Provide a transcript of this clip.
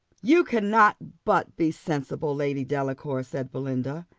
you cannot but be sensible, lady delacour, said belinda,